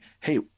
hey